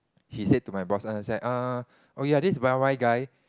he said to my boss uh he's like uh oh ya this Y_Y guy